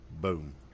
Boom